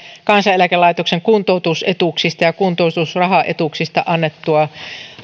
kansaneläkelaitoksen kuntoutusetuuksista ja kuntoutusrahaetuuksista annettua